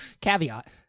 caveat